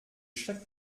chaque